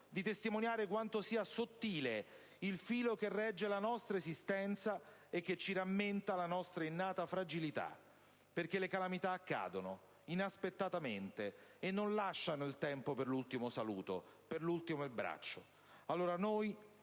di testimoniare quanto sia sottile il filo che regge la nostra esistenza e che ci rammenta la nostra innata fragilità. Perché le calamità accadono, inaspettatamente e non lasciano il tempo per l'ultimo saluto, per l'ultimo abbraccio. Allora noi,